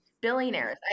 Billionaires